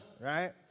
right